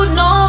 no